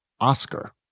Oscar